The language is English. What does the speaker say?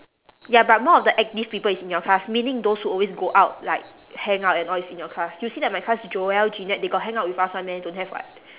ya but more of the active people is in your class meaning those who always go out like hang out and all is in your class you see that my class joel jeanette they got hang out with us [one] meh don't have [what]